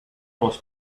ross